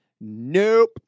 Nope